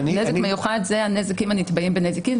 נזק מיוחד אלו הנזקים הנתבעים בנזיקין.